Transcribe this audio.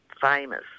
famous